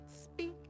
speak